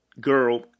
girl